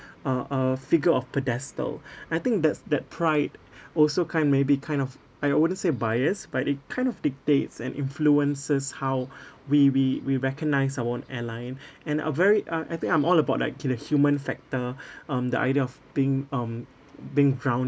a a figure of pedestal I think that's that pride also kind maybe kind of I wouldn't say bias but it kind of dictates and influences how we we we recognise our own airline and are very uh I think I'm all about like the human factor um the idea of being um being grounded